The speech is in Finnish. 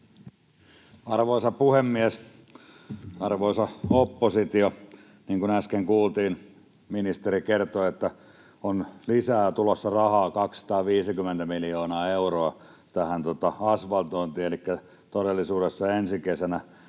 Arvoisa puhemies! Arvoisa oppositio! Niin kuin äsken kuultiin, ministeri kertoi, että rahaa on tulossa lisää 250 miljoonaa euroa asvaltointiin, elikkä todellisuudessa ensi kesänä